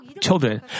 children